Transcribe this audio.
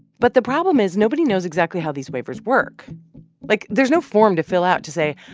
but the problem is nobody knows exactly how these waivers work like, there's no form to fill out to say,